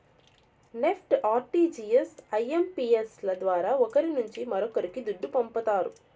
NEFT, RTGS, IMPS ల ద్వారా ఒకరి నుంచి మరొక్కరికి దుడ్డు పంపతారు